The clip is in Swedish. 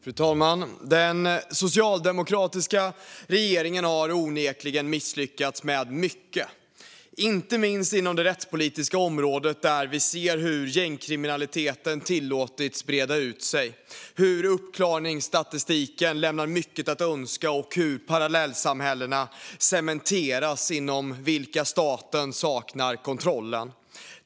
Fru talman! Den socialdemokratiska regeringen har onekligen misslyckats med mycket, inte minst inom det rättspolitiska området där vi ser hur gängkriminaliteten tillåtits breda ut sig, hur uppklaringsstatistiken lämnar mycket att önska och hur parallellsamhällena cementeras och inom vilka staten saknar kontroll.